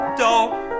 dope